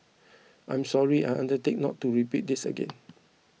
I'm sorry I undertake not to repeat this again